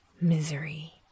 Misery